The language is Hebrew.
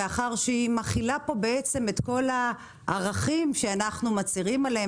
מאחר שהיא מכילה פה בעצם את כל הערכים שאנחנו מצהירים עליהם.